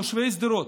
תושבי שדרות,